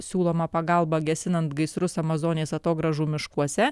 siūlomą pagalbą gesinant gaisrus amazonės atogrąžų miškuose